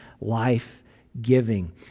life-giving